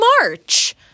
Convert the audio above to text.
March